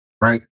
Right